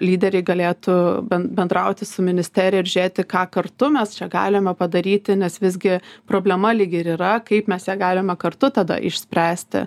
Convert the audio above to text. lyderiai galėtų ben bendrauti su ministerija ir žiūrėti ką kartu mes čia galime padaryti nes visgi problema lyg ir yra kaip mes ją galime kartu tada išspręsti